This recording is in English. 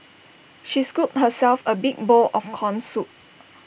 she scooped herself A big bowl of Corn Soup